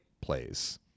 plays